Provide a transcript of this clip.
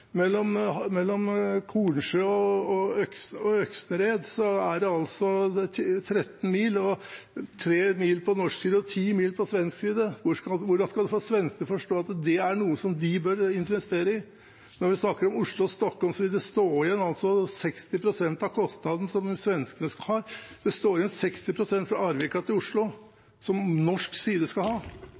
Mellom Kornsjø og Öxnered er det 13 mil, 3 mil på norsk side og 10 mil på svensk side. Hvordan skal man få svenskene til å forstå at det er noe de bør investere i? Når man snakker Oslo–Stockholm, vil det stå igjen 60 pst. av kostnadene som svenskene skal ha. Det står igjen 60 pst. fra Arvika til Oslo som norsk side skal ha.